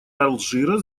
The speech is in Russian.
алжира